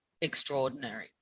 extraordinary